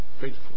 faithful